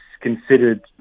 considered